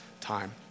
time